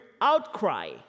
outcry